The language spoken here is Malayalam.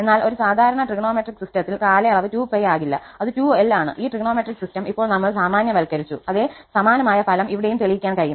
എന്നാൽ ഒരു സാധാരണ ത്രികോണമെട്രിക് സിസ്റ്റത്തിൽ കാലയളവ് 2π ആകില്ല അത് 2𝑙 ആണ് ഈ ത്രികോണമെട്രിക് സിസ്റ്റം ഇപ്പോൾ നമ്മൾ സാമാന്യവൽക്കരിച്ചു അതേ സമാനമായ ഫലം ഇവിടെയും തെളിയിക്കാൻ കഴിയും